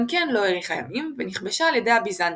כן לא האריכה ימים ונכבשה על ידי הביזנטים.